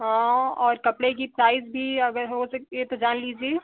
हाँ औ और कपड़े की साइज़ भी अगर हो सके तो जान लीजिए